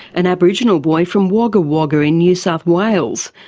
an aboriginal boy from wagga wagga in new south wales.